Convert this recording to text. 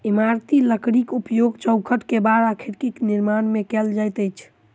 इमारती लकड़ीक उपयोग चौखैट, केबाड़ आ खिड़कीक निर्माण मे कयल जाइत अछि